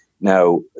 Now